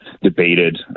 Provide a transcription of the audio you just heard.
debated